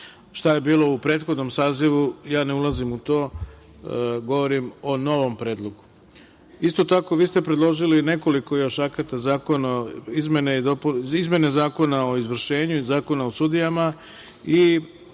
Šta je bilo u prethodnom sazivu ne ulazim u to. Govorim o novom predlogu. Isto tako ste predložili još nekoliko ataka, izmene Zakona o izvršenju, Zakon o sudijama i